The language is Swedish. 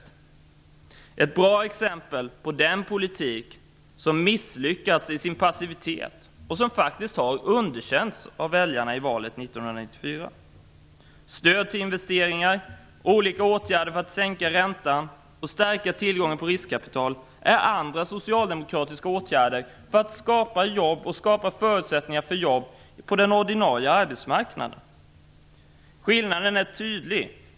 Det är ett bra exempel på den politik som misslyckats i sin passivitet och som faktiskt underkändes av väljarna i valet Stöd till investeringar och olika åtgärder för att sänka räntan och stärka tillgången på riskkapital är andra socialdemokratiska åtgärder för att skapa förutsättningar för jobb på den ordinarie arbetsmarknaden. Skillnaden är tydlig.